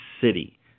city